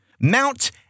Mount